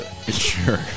Sure